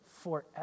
forever